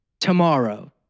Tomorrow